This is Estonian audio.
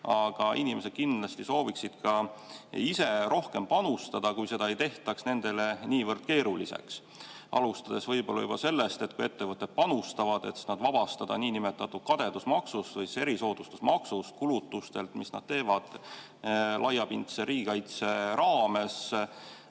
aga inimesed kindlasti sooviksid ka ise rohkem panustada, kui seda ei tehtaks nendele niivõrd keeruliseks. Alustades võib-olla juba sellest, et kui ettevõtted panustavad, siis nad vabastada niinimetatud kadedusmaksust või siis erisoodustusmaksust kulutustelt, mis nad teevad laiapindse riigikaitse raames,